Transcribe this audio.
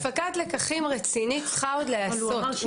הפקת לקחים רצינית צריכה עוד להיעשות.